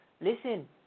listen